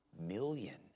million